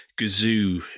Gazoo